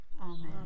Amen